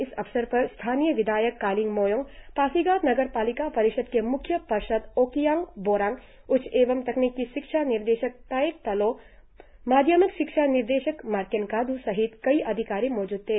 इस अवसर पर स्थाणिय विधायक कालिंग मोयोंग पासीघाट नगरपालिका परिषद के म्ख्य पार्षद ओकियांग बोरांग उच्च एवं तकनिकी शिक्षा निदेशक तायेक तालोह माध्यमिक शिक्षा निदेशक मार्केन काद सहित कई अधिकारी मौजुद थे